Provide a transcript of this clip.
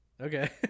okay